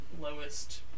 lowest